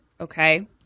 Okay